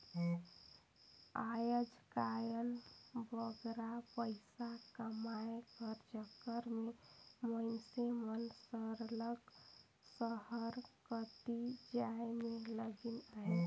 आएज काएल बगरा पइसा कमाए कर चक्कर में मइनसे मन सरलग सहर कतिच जाए में लगिन अहें